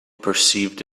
perceived